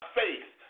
faith